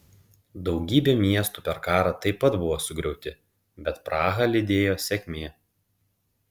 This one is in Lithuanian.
daugybė miestų per karą taip pat buvo sugriauti bet prahą lydėjo sėkmė